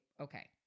okay